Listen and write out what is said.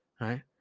right